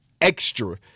extra